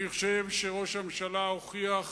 אני חושב שראש הממשלה הוכיח